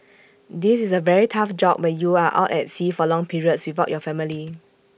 this is A very tough job where you are out at sea for long periods without your family